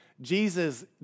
Jesus